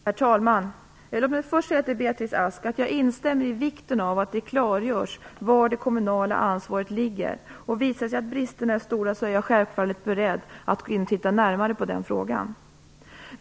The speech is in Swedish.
Herr talman! Jag instämmer, Beatrice Ask, i att det är viktigt att det klargörs var det kommunala ansvaret ligger. Visar det sig att bristerna är stora är jag självfallet beredd att titta närmare på frågan.